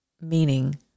meaning